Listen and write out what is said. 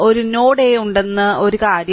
ഒരു node a ഉണ്ടെന്നതാണ് ഒരു കാര്യം